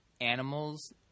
animals